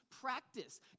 practice